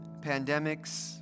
pandemics